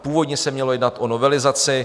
Původně se mělo jednat o novelizaci.